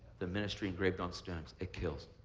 the ministry engraved on stones. it kills.